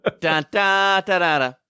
Da-da-da-da-da